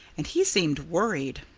and he seemed worried.